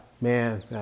man